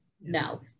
No